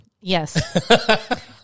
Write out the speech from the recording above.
Yes